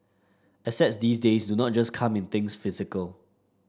assets these days do not just come in things physical